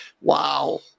wow